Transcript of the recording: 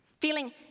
feeling